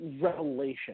Revelation